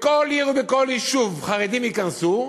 בכל עיר, ובכל יישוב חרדים ייכנסו,